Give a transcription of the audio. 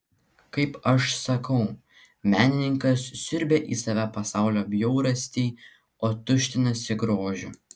kaip aš sakau menininkas siurbią į save pasaulio bjaurastį o tuštinasi grožiu